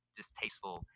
distasteful